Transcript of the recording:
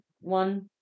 one